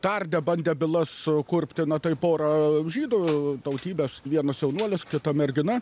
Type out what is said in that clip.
tardė bandė bylas kurpti nu tai pora žydų tautybės vienas jaunuolis kita mergina